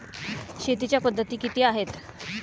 शेतीच्या पद्धती किती आहेत?